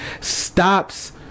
stops